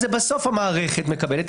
אז בסוף המערכת מקבלת.